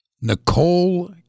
Nicole